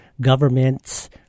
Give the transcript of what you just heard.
governments